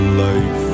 life